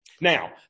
Now